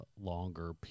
longer